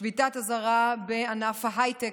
שביתת אזהרה בענף ההייטק,